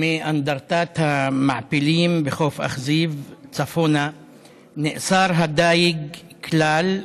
מאנדרטת המעפילים בחוף אכזיב צפונה נאסר הדיג כלל,